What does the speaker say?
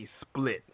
split